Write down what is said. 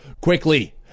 Quickly